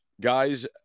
guys